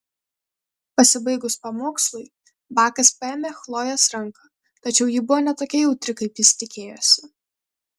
pasibaigus pamokslui bakas paėmė chlojės ranką tačiau ji buvo ne tokia jautri kaip jis tikėjosi